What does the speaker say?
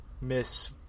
Miss